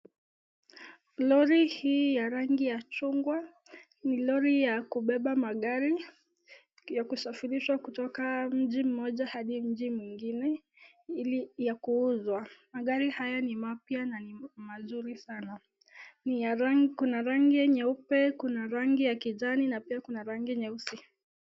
Lori hili la rangi ya chungwa ni lori la kubeba magari, ya kusafirisha kutoka mji mmoja hadi mji mwingine, ya kuuzwa. Magari haya ni mapya na ni mazuri sana. Kuna ya rangi nyeupe, rangi ya kijana na pia kuna rangi nyeusi.